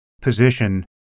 position